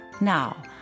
Now